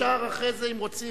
אפשר אחרי זה אם רוצים.